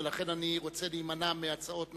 ולכן אני רוצה להימנע מהצעות נוספות,